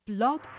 blog